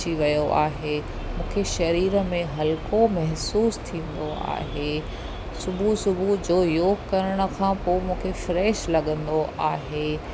अची वियो आहे मूंखे शरीर में हलको महिसूसु थींदो आहे सुबुह सुबुह जो योग करण खां पोइ मूंखे फ्रेश लॻंदो आहे